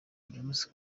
james